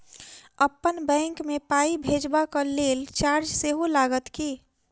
अप्पन बैंक मे पाई भेजबाक लेल चार्ज सेहो लागत की?